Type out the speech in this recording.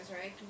Right